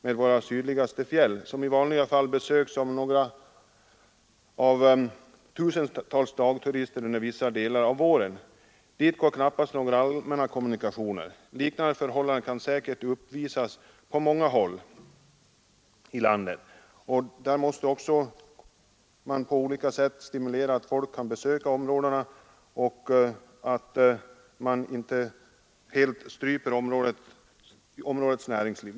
Till vår sydligaste fjällvärld, som i vanliga fall besöks av tusentals dagturister under vissa delar av våren, går knappast några allmänna kommunikationer. Liknande förhållanden råder säkert på många håll i landet, och där måste man på olika sätt sörja för att folk kan besöka områdena så att näringslivet där inte helt stryps.